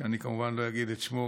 שאני כמובן לא אגיד את שמו,